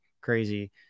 crazy